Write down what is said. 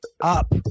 up